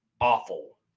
awful